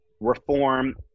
reform